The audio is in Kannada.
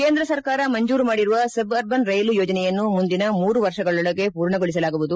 ಕೇಂದ್ರ ಸರ್ಕಾರ ಮಂಜೂರು ಮಾಡಿರುವ ಸಬ್ ಅರ್ಬನ್ ರೈಲು ಯೋಜನೆಯನ್ನು ಮುಂದಿನ ಮೂರು ವರ್ಷಗಳೊಳಗೆ ಪೂರ್ಣಗೊಳಿಸಲಾಗುವುದು